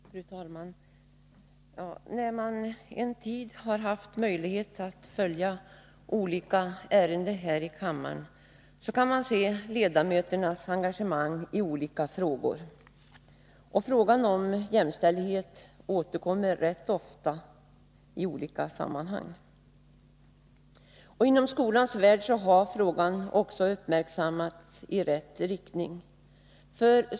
Fru talman! När man en tid haft möjlighet att följa olika ärenden här i kammaren, kan man se ledamöternas engagemang i skilda frågor. Frågan om jämställdhet återkommer rätt ofta i olika sammanhang. Inom skolans värld har den också uppmärksammats på ett positivt sätt.